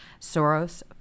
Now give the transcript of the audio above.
Soros